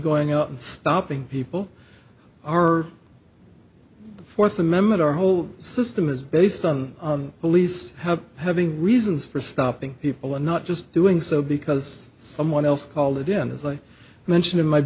going out and stopping people are the fourth amendment our whole system is based on police have having reasons for stopping people and not just doing so because someone else called again as i mentioned in my